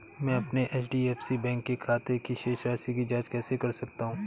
मैं अपने HDFC bank के खाते की शेष राशि की जाँच कैसे कर सकता हूँ?